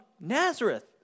Nazareth